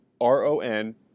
R-O-N